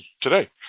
today